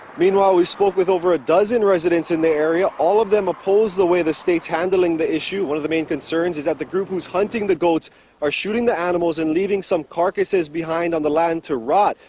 meanwhile we spoke with over a dozen residents in the area. all of them opposed the way the state is handling this issue. one of the main concerns is that the group who's hunting the goats are shooting the animals and leaving some carcasses behind on the land to rot.